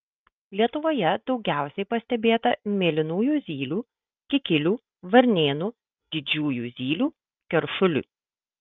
lietuvoje daugiausiai pastebėta mėlynųjų zylių kikilių varnėnų didžiųjų zylių keršulių